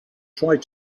tried